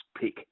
pick